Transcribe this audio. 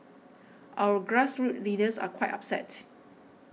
our grassroots leaders are quite upset